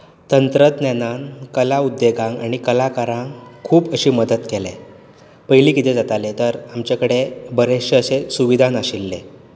तंत्रज्ञानान कलाउद्देगाक आनी कलाकारांक खूब अशी मदत केल्या पयलीं कितें जातालें तर आमचे कडेन बरेशे अशे सुविधा नाशिल्ले